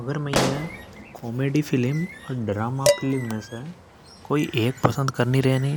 अगर मई﻿ ये कॉमेडी फिल्म और ड्रामा फिल्म में से कोई एक पसंद कर नि रहे णी